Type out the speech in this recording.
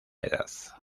edad